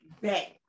bet